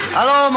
Hello